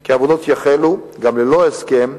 כי העבודות יחלו גם ללא הסכם,